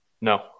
No